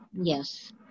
Yes